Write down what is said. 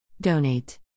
Donate